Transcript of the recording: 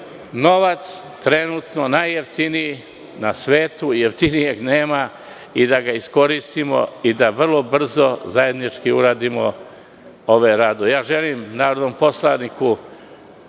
to je trenutno najjeftiniji novac na svetu, jeftinijeg nema, i da ga iskoristimo i da vrlo brzo zajednički uradimo ove radove. Želim narodnom poslaniku